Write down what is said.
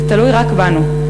זה תלוי רק בנו,